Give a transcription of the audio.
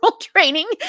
training